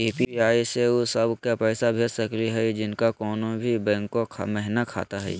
UPI स उ सब क पैसा भेज सकली हई जिनका कोनो भी बैंको महिना खाता हई?